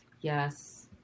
Yes